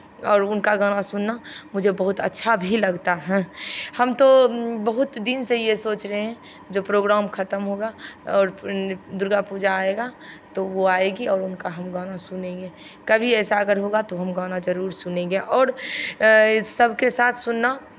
और उनका गाना सुनना मुझे बहुत अच्छा भी लगता है हम तो बहुत दिन से ये सोच रहे हैं जो प्रोग्राम खतम होगा और दुर्गा पूजा आएगा तो वो आएगी और उनका हम गाना सुनेंगे कभी ऐसा अगर होगा तो हम गाना जरूर सुनेंगे और सबके साथ सुनना